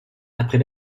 après